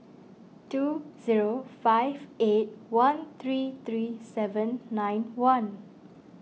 two zero five eight one three three seven nine one